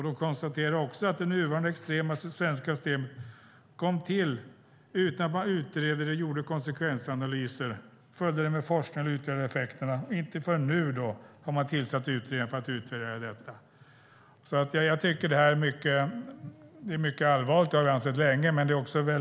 Det konstateras vidare "att det nuvarande extrema svenska systemet kom till utan att man utredde det innan, gjorde konsekvensanalyser, följde det med forskning och utvärderade effekterna". Inte förrän nu har det tillsatts en utredning. Jag tycker att det här är mycket allvarligt och har ansett det länge.